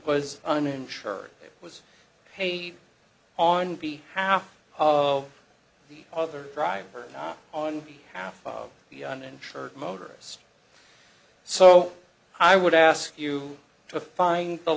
was uninsured was paid on be half of the other driver on half of the uninsured motorists so i would ask you to find the